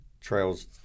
trails